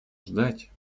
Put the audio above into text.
ждать